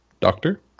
doctor